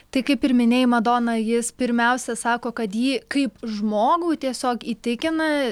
tai kaip ir minėjai madona jis pirmiausia sako kad jį kaip žmogų tiesiog įtikina